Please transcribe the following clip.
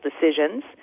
decisions